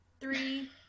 three